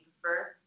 prefer